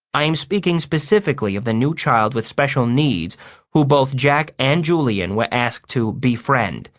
i am speaking specifically of the new child with special needs who both jack and julian were asked to befriend.